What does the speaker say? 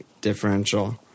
differential